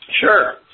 Sure